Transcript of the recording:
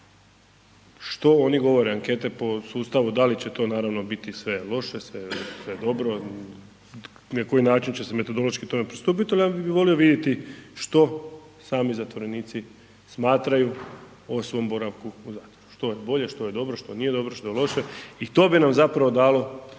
što oni govore, ankete po sustavu da li će to naravno biti sve loše, sve dobro, na koji način će se metodološki tome pristupit, al ja bi volio vidjeti što sami zatvorenici smatraju o svom boravku u zatvoru, što je bolje, što je dobro, što nije dobro, što je loše i to bi nam zapravo dalo